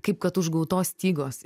kaip kad užgautos stygos